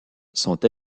sont